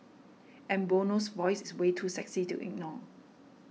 and Bono's voice is way too sexy to ignore